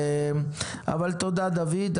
אבל תודה, דוד.